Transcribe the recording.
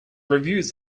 reviews